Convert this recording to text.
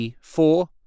four